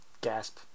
Gasp